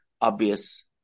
obvious